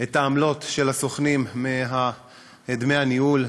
את העמלות של הסוכנים מדמי הניהול.